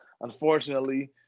unfortunately